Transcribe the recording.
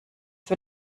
für